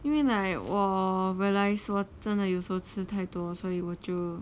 因为 like 我 realise 说真的有时候吃太多所以我就